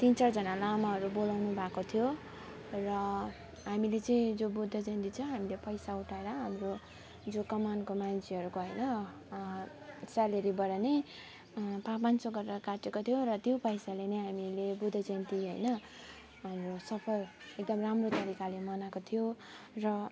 तिन चारजना लामाहरू बोलाउनु भएको थियो र हामीले चाहिँ जो बुद्ध जयन्ती छ हामीले पैसा उठाएर हाम्रो जो कमानको मान्छेहरू गएर स्यालेरीबाट नै पाँच पाँच सौ गरेर काटेको थियो र त्यो पैसाले नै हामीले बुद्ध जयन्ती होइन अब सफल एकदम राम्रो तरिकाले मनाएको थियो र